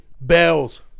Bells